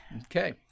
Okay